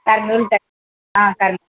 కర్నూల్కా ఆ సరే